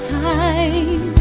time